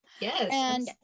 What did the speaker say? Yes